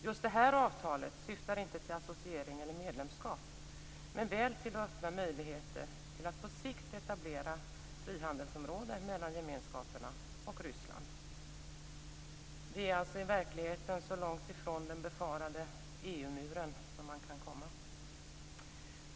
Just detta avtal syftar inte till associering eller medlemskap, men väl till att öppna möjligheter för att på sikt etablera ett frihandelsområde mellan gemenskaperna och Ryssland. Vi är alltså i verkligheten så långt ifrån den befarade EU-muren som man kan komma.